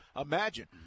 imagine